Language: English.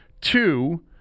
Two